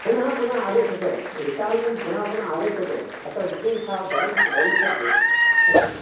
पुनः पुनः आगच्छतु वित्तालयं पुनः पुनः आगच्छतु अत्र विशेषाः भवन् भविष्यन्ति तत्र